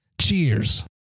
Cheers